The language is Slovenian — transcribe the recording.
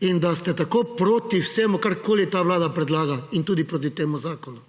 in da ste tako proti vsemu, karkoli ta vlada predlaga, in tudi proti temu zakonu.